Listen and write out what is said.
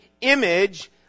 image